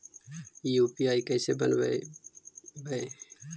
UPI कैसे बनइबै?